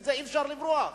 מזה אי-אפשר לברוח,